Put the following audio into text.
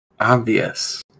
obvious